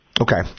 Okay